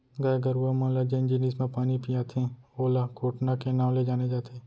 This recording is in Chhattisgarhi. गाय गरूवा मन ल जेन जिनिस म पानी पियाथें ओला कोटना के नांव ले जाने जाथे